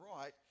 right